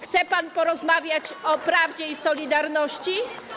Chce pan porozmawiać o prawdzie i solidarności?